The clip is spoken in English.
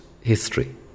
history